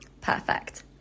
Perfect